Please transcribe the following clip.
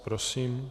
Prosím.